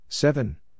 Seven